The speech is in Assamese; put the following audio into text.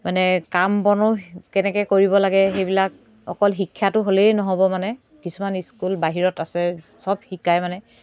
মানে কাম বনো কেনেকৈ কৰিব লাগে সেইবিলাক অকল শিক্ষাটো হ'লেই নহ'ব মানে কিছুমান স্কুল বাহিৰত আছে চব শিকায় মানে